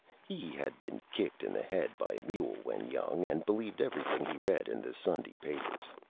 he had been kicked in the head by a mule when young and believed everything he read in the sunday papers.